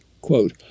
quote